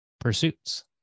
pursuits